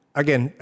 again